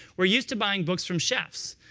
were used to buying books from chefs.